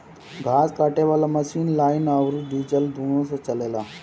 घास काटे वाला मशीन लाइन अउर डीजल दुनों से चलेला